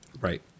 Right